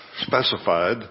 specified